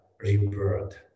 rebirth